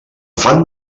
fan